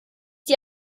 die